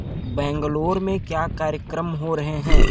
बैंगलोर में क्या कार्यक्रम हो रहे हैं